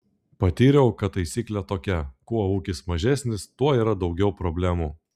patyriau kad taisyklė tokia kuo ūkis mažesnis tuo yra daugiau problemų